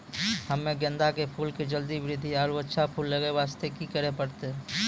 हम्मे गेंदा के फूल के जल्दी बृद्धि आरु अच्छा फूल लगय वास्ते की करे परतै?